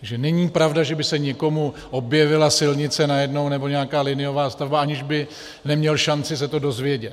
Takže není pravda, že by se někomu objevila silnice najednou nebo nějaká liniová stavba, aniž by neměl šanci se to dozvědět.